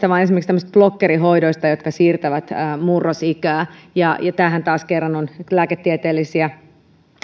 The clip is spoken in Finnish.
vaan esimerkiksi tämmöisistä blokkerihoidoista jotka siirtävät murrosikää ja tämähän taas kerran on lääketieteellisiä